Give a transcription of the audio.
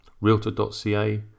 Realtor.ca